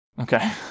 Okay